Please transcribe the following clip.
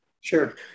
Sure